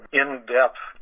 in-depth